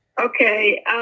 Okay